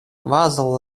kvazaŭ